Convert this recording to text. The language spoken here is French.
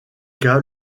cas